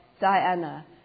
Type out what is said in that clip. Diana